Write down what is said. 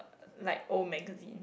like old magazine